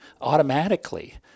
automatically